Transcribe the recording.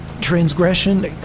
transgression